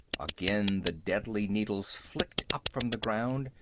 again the deadly needles flicked up from the ground,